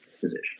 position